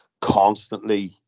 constantly